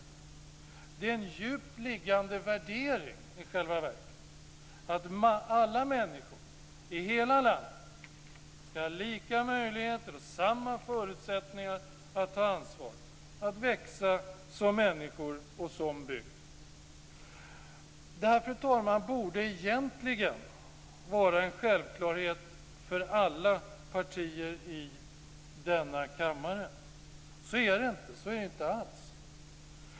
Det är i själva verket en djupt liggande värdering att alla människor i hela landet ska ha lika möjligheter och samma förutsättningar att ta ansvar och att växa som människor och att det även ska gälla deras bygd. Fru talman! Detta borde egentligen vara en självklarhet för alla partier i denna kammare. Så är det inte alls.